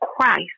Christ